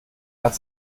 hat